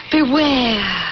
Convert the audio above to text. Beware